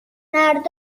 مردم